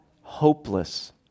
hopeless